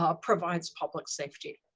ah provides public safety.